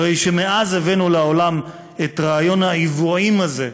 הרי שמאז הבאנו לעולם את רעיון העוועים הזה,